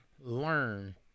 learn